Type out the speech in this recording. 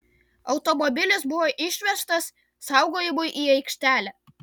automobilis buvo išvežtas saugojimui į aikštelę